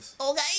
Okay